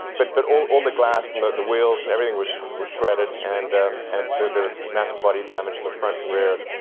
but but all the glass and the the wheels and everything was was shredded. and and there was massive body damage to the front and rear.